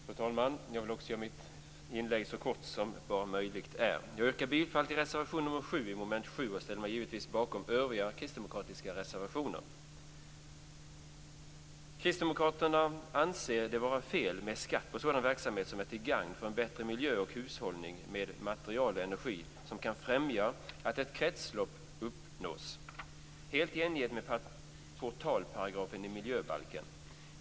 Fru talman! Jag vill också göra mitt inlägg så kort som möjligt. Jag yrkar bifall till reservation 7 under mom. 7 och ställer mig givetvis bakom övriga kristdemokratiska reservationer. Kristdemokraterna anser det vara fel med skatt på sådan verksamhet som är till gagn för en bättre miljö och hushållning med material och energi och som kan främja att ett kretslopp uppnås. Det är helt i enlighet med portalparagrafen i miljöbalken.